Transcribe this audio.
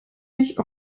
nicht